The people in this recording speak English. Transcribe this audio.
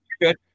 good